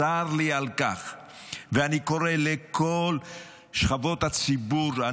צר לי על כך, ואני קורא לכל שכבות הציבור: